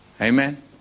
Amen